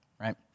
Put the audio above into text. right